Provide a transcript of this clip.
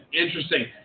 interesting